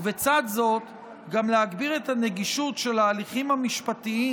ובצד זאת גם להגביר את הנגישות של ההליכים המשפטיים